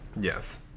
yes